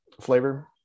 flavor